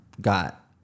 got